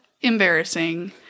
embarrassing